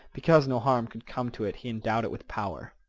because no harm could come to it he endowed it with power.